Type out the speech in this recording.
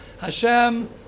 Hashem